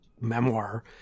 memoir